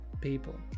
people